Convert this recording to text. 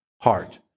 heart